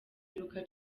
yiruka